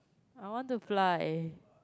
I want to fly